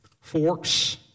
Forks